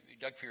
Doug